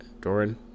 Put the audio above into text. Doran